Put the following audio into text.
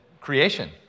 creation